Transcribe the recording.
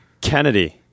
Kennedy